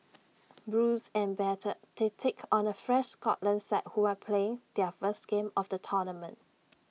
bruised and battered they take on A fresh Scotland side who are playing their first game of the tournament